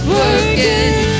working